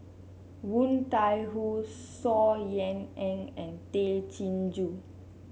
Woon Tai Ho Saw Ean Ang and Tay Chin Joo